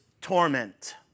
Torment